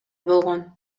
болгон